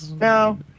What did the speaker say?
No